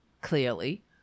clearly